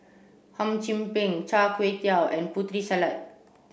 Hum Chim Peng Char Kway Teow and Putri Salad